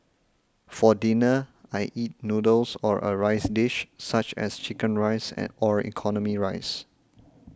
for dinner I eat noodles or a rice dish such as Chicken Rice and or economy rice